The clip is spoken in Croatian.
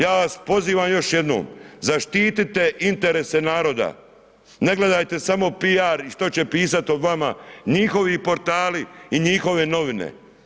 Ja vas pozivam još jednom, zaštitite interese naroda, ne gledajte samo PR i što će pisat o vama njihovi portali i njihove novine.